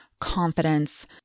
Confidence